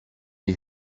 you